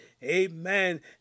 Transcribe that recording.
Amen